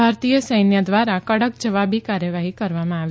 ભારતીય સૈન્ય દ્વારા કડક જવાબી કાર્યવાહી કરવામાં આવી